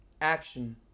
Action